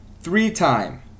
Three-time